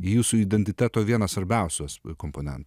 jūsų identiteto vienas svarbiausių komponentų